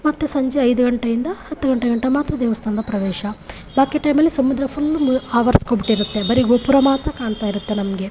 ಮತ್ತು ಸಂಜೆ ಐದು ಗಂಟೆಯಿಂದ ಹತ್ತು ಗಂಟೆ ಗಂಟ ಮಾತ್ರ ದೇವಸ್ಥಾನದ ಪ್ರವೇಶ ಬಾಕಿ ಟೈಮಲ್ಲಿ ಸಮುದ್ರ ಫುಲ್ಲು ಆವರ್ಸ್ಕೊಂಡ್ಬಿಟ್ಟಿರುತ್ತೆ ಬರೀ ಗೋಪುರ ಮಾತ್ರ ಕಾಣ್ತಾಯಿರುತ್ತೆ ನಮಗೆ